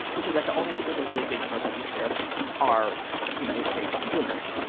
which is that the only people who are really being hurt by these tariffs are united states consumers.